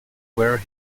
were